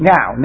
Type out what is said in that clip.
Now